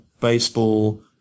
baseball